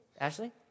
Ashley